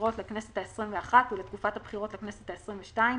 הבחירות לכנסת העשרים ואחת ולתקופת הבחירות לכנסת העשרים ושתיים,